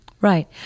Right